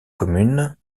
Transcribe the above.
commune